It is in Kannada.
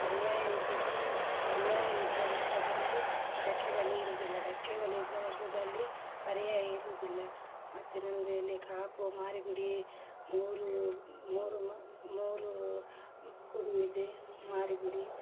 ಪರ್ಯಾಯ ಇದ್ದದ್ದೆ ಪರ್ಯಾಯ ಇದ್ದ ವರ್ಷದಲ್ಲಿ ಡಕ್ಕೆಬಲಿ ಇರೋದಿಲ್ಲ ಡಕ್ಕೆಬಲಿ ಇದ್ದ ವರ್ಷದಲ್ಲಿ ಪರ್ಯಾಯ ಇರೋದಿಲ್ಲ ಮತ್ತೆ ನಮ್ಮದು ಇಲ್ಲಿ ಕಾಪು ಮಾರಿಗುಡಿ ಮೂರು ಮೂರು ಮೂರು ಕುಡಿ ಇದೆ ಮಾರಿಗುಡಿ